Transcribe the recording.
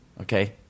Okay